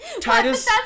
Titus